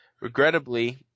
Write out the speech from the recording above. Regrettably